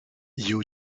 you